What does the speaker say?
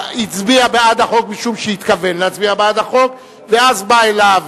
הצביע בעד החוק משום שהתכוון להצביע בעד החוק ואז באו אליו